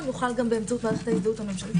יוכל גם באמצעות מערכת ההזדהות הממשלתית,